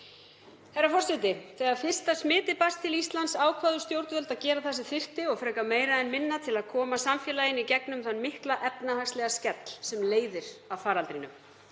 Þegar fyrsta smitið barst til Íslands ákváðu stjórnvöld að gera það sem þyrfti, og frekar meira en minna, til að koma samfélaginu í gegnum þann mikla efnahagslega skell sem leiðir af faraldrinum.